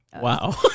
Wow